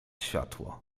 światło